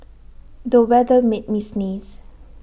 the weather made me sneeze